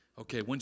Okay